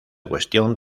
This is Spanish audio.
cuestión